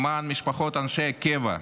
למען משפחות אנשי הקבע,